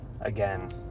again